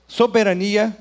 soberania